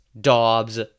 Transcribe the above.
Dobbs